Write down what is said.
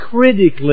critically